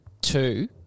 two